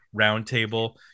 roundtable